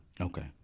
Okay